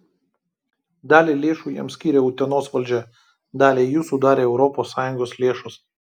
dalį lėšų jam skyrė utenos valdžia dalį jų sudarė europos sąjungos lėšos